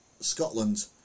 Scotland